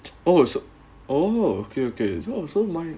oh oh okay okay